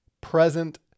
present